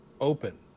open